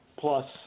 plus